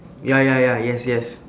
ya ya ya yes yes